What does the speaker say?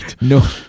No